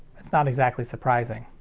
it's not exactly surprising.